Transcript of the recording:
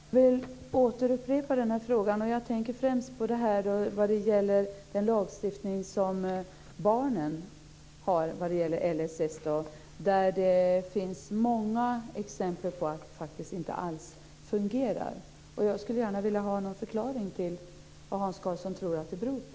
Fru talman! Jag upprepar frågan, och jag tänker främst på den lagstiftning som gäller för barnen inom LSS. Där finns det många exempel på att det faktiskt inte alls fungerar. Jag skulle gärna vilja ha någon förklaring till vad Hans Karlsson tror att det beror på.